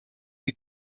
die